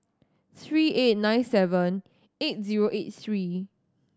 three eight nine seven eight zero eight three